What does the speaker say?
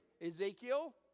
Ezekiel